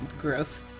gross